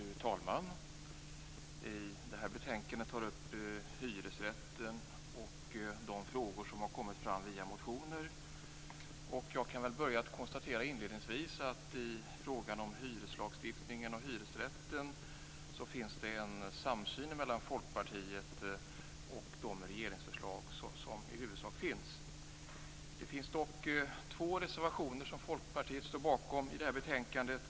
Fru talman! Det här betänkandet tar upp hyresrätten och de frågor som har kommit fram via motioner. Inledningsvis kan jag konstatera att i frågan om hyreslagstiftningen och hyresrätten finns det en samsyn mellan Folkpartiet och regeringen när det gäller de förslag som i huvudsak finns. Det finns dock två reservationer som Folkpartiet står bakom i det här betänkandet.